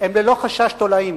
הן ללא חשש תולעים,